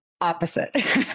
opposite